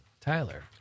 Tyler